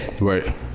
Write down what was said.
Right